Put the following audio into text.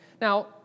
Now